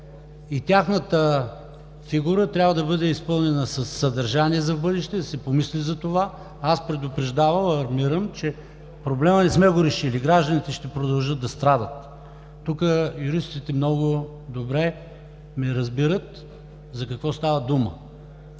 Тяхната фигура трябва да бъде изпълнена със съдържание в бъдеще, да се помисли за това. Аз предупреждавам, алармирам, че проблема не сме го решили – гражданите ще продължат да страдат. Тук юристите много добре разбират за какво става дума.